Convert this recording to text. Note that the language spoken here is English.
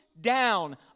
down